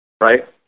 Right